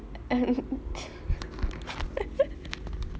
and